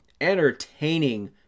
entertaining